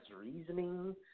reasoning